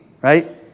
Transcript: right